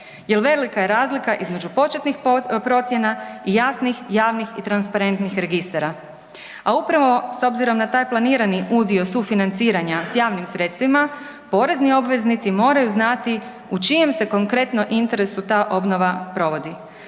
jel velika je razlika između početnik procjena i jasnih, javnih i transparentnih registara. A upravo s obzirom na taj planirani udio sufinanciranja s javnim sredstvima porezni obveznici moraju znati u čijem se konkretno interesu ta obnova provodi.